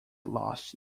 lost